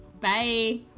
Bye